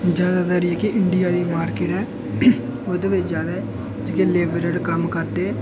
जादैतर जेह्ड़ी इंडिया दी मार्किट ऐ ओह्दे बिच जादै जेह्के लेबरर कम्म करदे